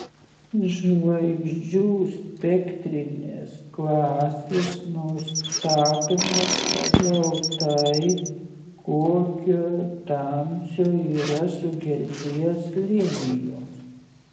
žvaigždžių spektrinės klasės nustatomos pagal tai kokio tamsio yra sugerties linijos